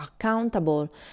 accountable